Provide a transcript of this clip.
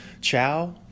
Ciao